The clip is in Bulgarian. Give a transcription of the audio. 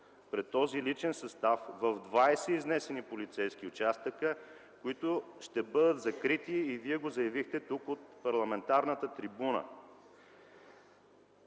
пред този личен състав в 20 изнесени полицейски участъка, които ще бъдат закрити и Вие го заявихте тук от парламентарната трибуна.